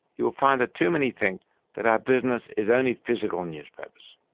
you will find that too many think that our business is only physical newspapers.